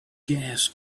gas